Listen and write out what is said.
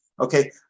Okay